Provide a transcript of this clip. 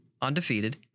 undefeated